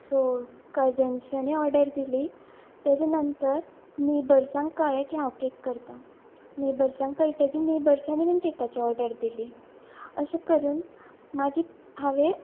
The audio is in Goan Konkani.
सो कजन्स्यानी ऑर्डर दिली तेज्या नंतर नेबर्सांक कळ्ळें की हांव केक करता नेबर्सांक कळटकी नेबर्सांनी बीन केकाची ऑर्डर दिली अशें करून मागीर हांवें